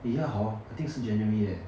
eh ya hor I think 是 january leh